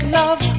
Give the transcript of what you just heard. love